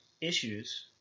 issues